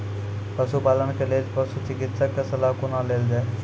पशुपालन के लेल पशुचिकित्शक कऽ सलाह कुना लेल जाय?